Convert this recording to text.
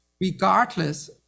regardless